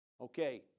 Okay